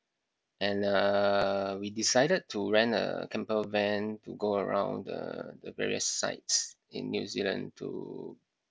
and uh we decided to rent a camper van to go around the the various sights in New Zealand to